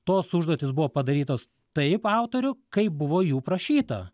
tos užduotys buvo padarytos taip autorių kaip buvo jų prašyta